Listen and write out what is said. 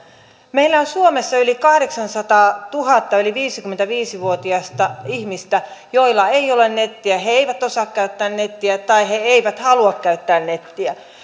meillä on suomessa yli kahdeksansataatuhatta yli viisikymmentäviisi vuotiasta ihmistä joilla ei ole nettiä jotka eivät osaa käyttää nettiä tai jotka eivät halua käyttää nettiä